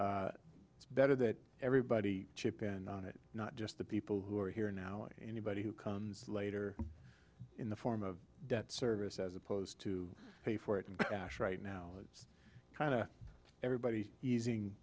it's better that everybody chip in on it not just the people who are here now and anybody who comes later in the form of debt service as opposed to pay for it and ash right now is kind of everybody easing